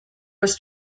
was